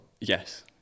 Yes